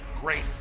great